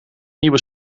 nieuwe